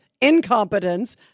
incompetence